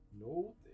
No